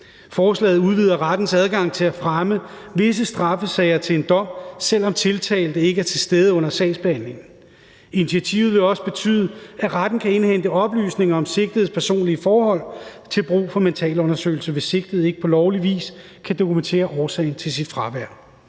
Forslaget udvider rettens adgang til at fremme visse straffesager til dom, selv om tiltalte ikke er til stede under sagsbehandlingen. Initiativet vil også betyde, at retten kan indhente oplysninger om sigtedes personlige forhold til brug for mentalundersøgelse, hvis sigtede ikke på lovlig vis kan dokumentere årsagen til sit fravær.